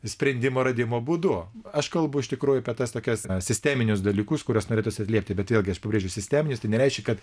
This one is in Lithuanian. sprendimo radimo būdu aš kalbu iš tikrųjų apie tas tokias sisteminius dalykus kuriuos norėtųsi atliepti bet vėlgi aš pabrėžiu sisteminius tai nereiškia kad